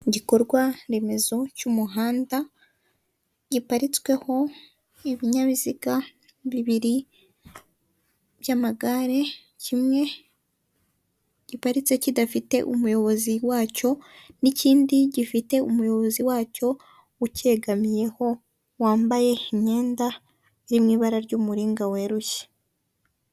Igikorwa remezo cy'umuhanda, giparitsweho ibinyabiziga bibiri by'amagare, kimwe giparitse kidafite umuyobozi wacyo, n'ikindi gifite umuyobozi wacyo ucyegamiyeho, wambaye imyenda iri mu ibara ry'umuringa weruye.